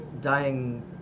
dying